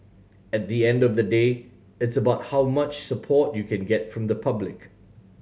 at the end of the day it's about how much support you can get from the public